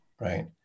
Right